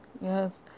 Yes